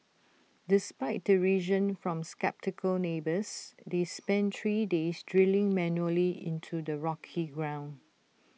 despite derision from sceptical neighbours they spent three days drilling manually into the rocky ground